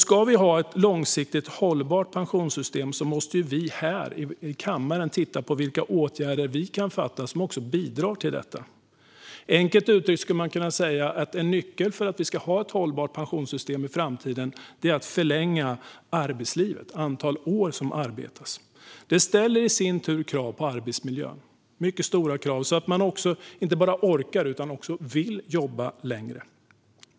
Ska vi ha ett långsiktigt hållbart pensionssystem måste vi här i kammaren titta på vilka åtgärder vi kan vidta som bidrar till detta. Enkelt uttryckt skulle man kunna säga att en nyckel för att vi ska kunna ha ett hållbart pensionssystem i framtiden är att arbetslivet förlängs - att antalet år som arbetas ökar. Det ställer i sin tur mycket stora krav på arbetsmiljön, så att människor inte bara orkar utan också vill jobba längre.